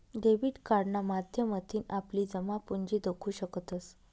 debit कार्डना माध्यमथीन आपली जमापुंजी दखु शकतंस